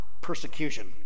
persecution